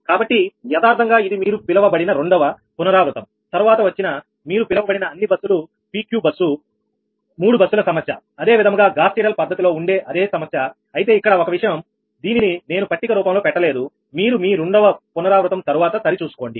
కాబట్టి యదార్ధంగా ఇది మీరు పిలవబడిన రెండవ పునరావృతం తరువాత వచ్చిన మీరు పిలువబడిన అన్ని బస్సులు PQ బస్సు మూడు బస్సుల సమస్య అదే విధముగా గాస్ సీడెల్ పద్ధతిలో ఉండే అదే సమస్య అయితే ఇక్కడ ఒక విషయం దీనిని నేను పట్టిక రూపంలో పెట్టలేదు మీరు మీ రెండవ పునరావృతం తరువాత సరి చూసుకోండి